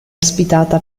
ospitata